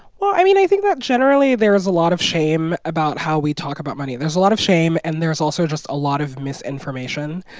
well, i mean, i think that generally there's a lot of shame about how we talk about money. there's a lot of shame, and there's also just a lot of misinformation.